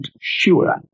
sure